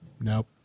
nope